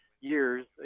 years